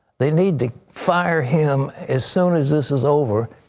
they need to fire him as soon as this is over.